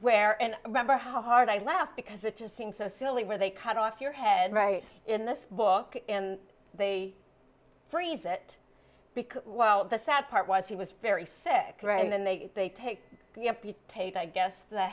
where and remember how hard i laughed because it just seems so silly where they cut off your head right in this book and they freeze it because the sad part was he was very sick and then they they take tate i guess the